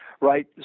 right